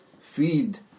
feed